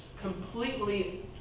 completely